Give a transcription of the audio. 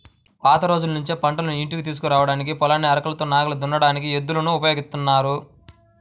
పాత రోజుల్నుంచే పంటను ఇంటికి తీసుకురాడానికి, పొలాన్ని అరకతో నాగలి దున్నడానికి ఎద్దులను ఉపయోగిత్తన్నారు